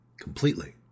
Completely